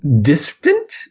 distant